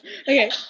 Okay